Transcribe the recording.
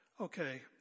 Okay